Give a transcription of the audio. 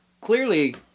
clearly